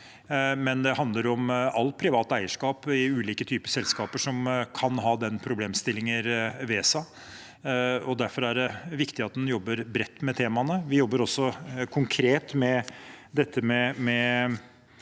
det handler om alt privat eierskap i ulike typer selskaper som kan ha den slags problemstillinger ved seg. Derfor er det viktig at en jobber bredt med temaene. Vi jobber også konkret med dette med